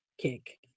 kick